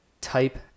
type